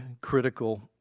critical